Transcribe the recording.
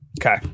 Okay